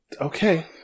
okay